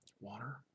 water